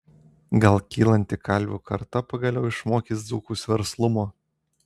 gal kylanti kalvių karta pagaliau išmokys dzūkus verslumo